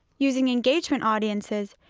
using engagement audiences,